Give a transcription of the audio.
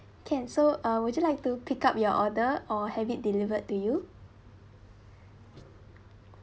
can so uh would you like to pick up your order or have it delivered to you